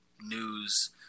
news